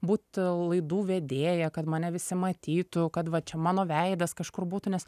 būt laidų vedėja kad mane visi matytų kad va čia mano veidas kažkur būtų nes